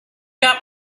got